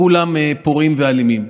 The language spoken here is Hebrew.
דגשים פדגוגיים וארגוניים",